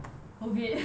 COVID